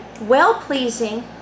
well-pleasing